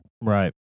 right